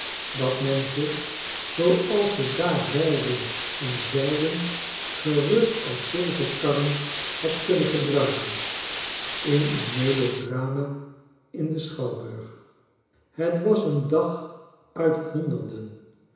dat men ze zooals ze daar reilden en zeilden gerust als zegekarren had kunnen gebruiken in een melodrama in den schouwbrug het was een dag uit honderden